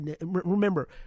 remember